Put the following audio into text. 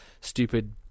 stupid